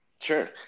Sure